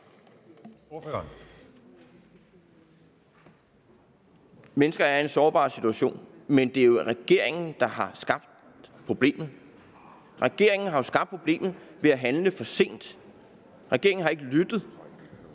mennesker er i en sårbar situation, men det er jo regeringen, der har skabt problemet. Regeringen har skabt problemet ved at handle for sent. Regeringen har ikke lyttet